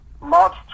March